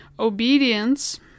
obedience